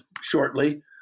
shortly